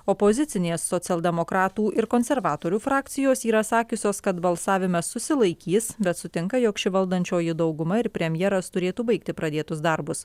opozicinės socialdemokratų ir konservatorių frakcijos yra sakiusios kad balsavime susilaikys bet sutinka jog ši valdančioji dauguma ir premjeras turėtų baigti pradėtus darbus